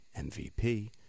MVP